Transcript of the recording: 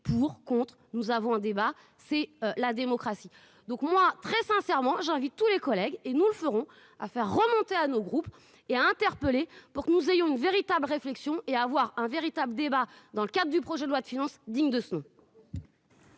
pour, contre, nous avons un débat, c'est la démocratie, donc moi, très sincèrement, j'invite tous les collègues et nous le ferons à faire remonter à nos groupes et a interpellé pour que nous ayons une véritable réflexion et à avoir un véritable débat dans le cadre du projet de loi de finances digne de ce nom.